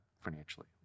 financially